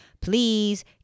please